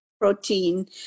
protein